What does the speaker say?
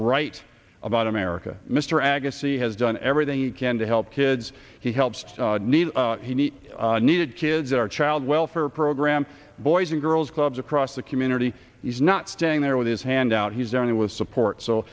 right about america mr agassi has done everything you can to help kids he helps need he need needed kids our child welfare program boys and girls clubs across the community he's not standing there with his hand out he's done it with support so